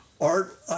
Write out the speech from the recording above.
art